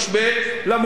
למרות המשבר,